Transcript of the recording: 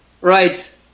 Right